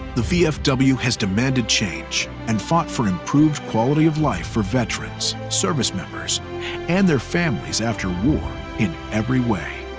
the vfw has demanded change and fought for improved quality of life for veterans, service members and their families after war in every way.